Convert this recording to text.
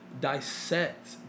dissect